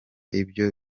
ibyo